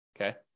Okay